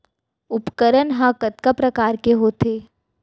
उपकरण हा कतका प्रकार के होथे?